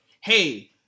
Hey